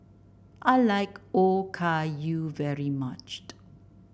I like Okayu very much